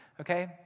Okay